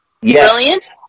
Brilliant